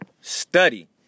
Study